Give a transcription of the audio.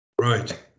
Right